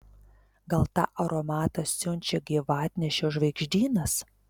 gal tą aromatą siunčia gyvatnešio žvaigždynas